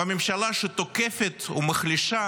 והממשלה שתוקפת ומחלישה